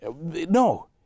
No